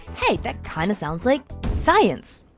hey that kind of sounds like science!